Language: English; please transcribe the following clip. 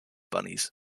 bunnies